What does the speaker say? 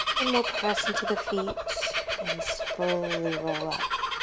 then we'll press into the feet and slowly roll up.